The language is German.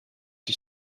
die